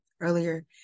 earlier